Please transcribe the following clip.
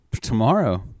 tomorrow